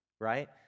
right